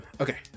Okay